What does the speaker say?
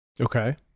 Okay